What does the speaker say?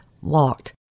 walked